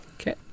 Okay